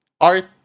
art